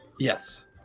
Yes